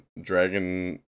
dragon